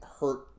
hurt